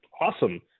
awesome